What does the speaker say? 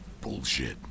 bullshit